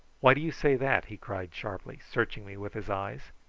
why do you say that? he cried sharply, searching me with his eyes.